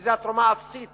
שזה התרומה האפסית